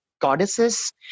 goddesses